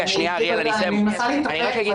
אני מנסה להתאפק,